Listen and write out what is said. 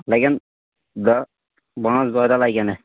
لگن دَہ پانٛژھ دَہ دۄہ لگن اَتھ